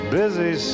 busy